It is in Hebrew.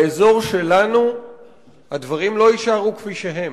באזור שלנו הדברים לא יישארו כפי שהם.